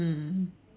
mm